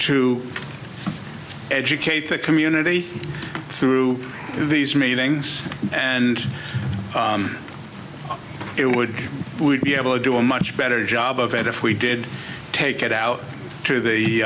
to educate the community through these meetings and it would be able to do a much better job of it if we did take it out to the